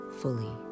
fully